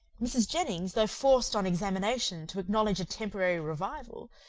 mrs. jennings, though forced, on examination, to acknowledge a temporary revival,